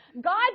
God